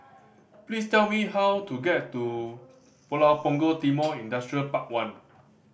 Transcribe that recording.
please tell me how to get to Pulau Punggol Timor Industrial Park One